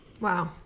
wow